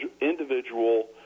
individual